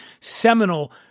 seminal